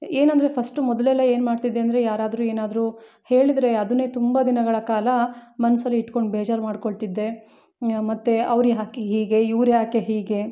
ಏನೆಂದ್ರೆ ಫಸ್ಟು ಮೊದಲೆಲ್ಲ ಏನು ಮಾಡ್ತಿದ್ದೆ ಅಂದರೆ ಯಾರಾದರೂ ಏನಾದರೂ ಹೇಳಿದರೆ ಅದನ್ನೇ ತುಂಬ ದಿನಗಳ ಕಾಲ ಮನಸಲ್ಲಿ ಇಡ್ಕೊಂಡು ಬೇಜಾರು ಮಾಡ್ಕೊಳ್ತಿದ್ದೆ ಮತ್ತೆ ಅವ್ರು ಯಾಕೆ ಹೀಗೆ ಇವ್ರು ಯಾಕೆ ಹೀಗೆ